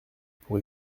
pour